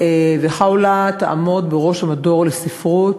וח'אולה תעמוד בראש המדור לספרות.